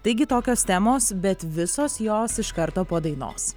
taigi tokios temos bet visos jos iš karto po dainos